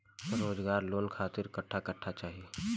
रोजगार लोन खातिर कट्ठा कट्ठा चाहीं?